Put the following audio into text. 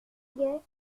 deux